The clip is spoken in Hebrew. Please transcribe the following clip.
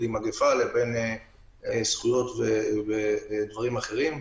עם מגפה לבין זכויות ודברים אחרים.